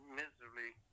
miserably